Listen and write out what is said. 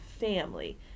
family